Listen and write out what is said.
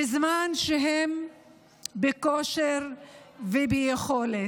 בזמן שהם בכושר וביכולת,